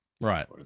Right